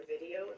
video